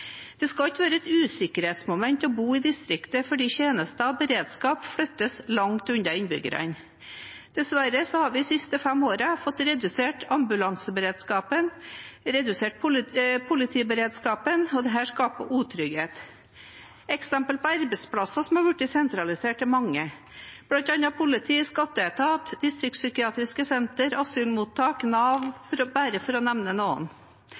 Det skal ikke være et usikkerhetsmoment å bo i distriktet fordi tjenester og beredskap flyttes langt unna innbyggerne. Dessverre har vi de siste fem årene fått redusert ambulanseberedskapen og politiberedskapen, og dette skaper utrygghet. Eksemplene på arbeidsplasser som har blitt sentralisert, er mange, bl.a. politi, skatteetat, distriktspsykiatriske senter, asylmottak, Nav – bare for å nevne noen.